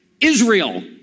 Israel